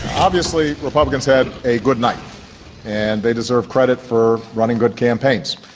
obviously republicans had a good night and they deserve credit for running good campaigns.